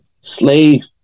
slave